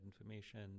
information